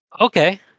Okay